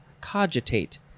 Cogitate